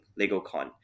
Legocon